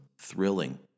thrilling